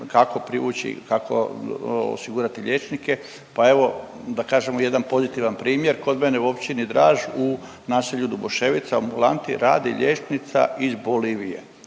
kako privući, kako osigurati liječnike pa evo da kažemo jedan pozitivan primjer kod mene u Općini Draž u naselju Duboševica u ambulanti radi liječnica iz Bolivije